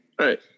Right